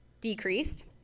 decreased